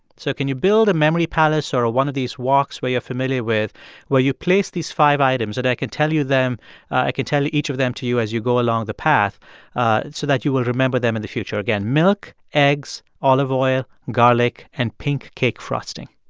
so can you build a memory palace or one of these walks where you're familiar with where you place these five items? and i can tell you them i can tell each of them to you as you go along the path ah so that you will remember them in the future. again, milk, eggs, olive oil, garlic and pink cake frosting